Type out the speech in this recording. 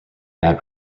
mad